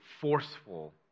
forceful